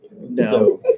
No